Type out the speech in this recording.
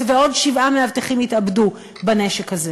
ועוד שבעה מאבטחים התאבדו בנשק הזה.